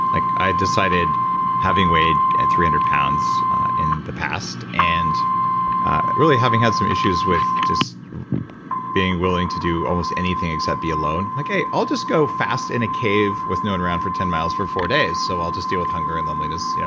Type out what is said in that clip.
like i decided having weighed and three hundred lbs in the past and really having had some issues with just being willing to do almost anything except be alone. like i'll just go fast in a cave with no one around for ten miles for four days. so i'll just deal with hunger and loneliness, you know.